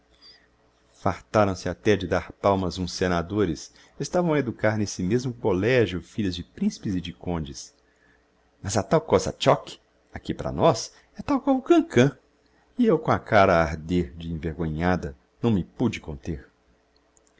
nobreza fartaram se até de dar palmas uns senadores estavam a educar nesse mesmo collegio filhas de principes e de condes mas a tal kozatchok aqui para nós é tal qual o cancan e eu com a cara a arder de envergonhada não me pude conter